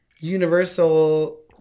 Universal